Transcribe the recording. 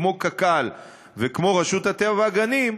כמו קק"ל וכמו רשות הטבע והגנים,